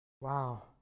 Wow